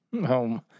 Home